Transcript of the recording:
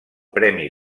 premi